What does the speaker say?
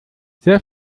sehr